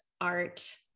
art